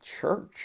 Church